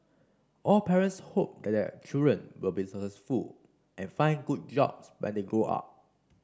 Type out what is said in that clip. all parents hope that their children will be successful and find good jobs when they grow up